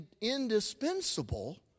indispensable